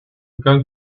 going